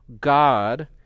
God